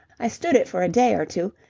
i stood it for a day or two,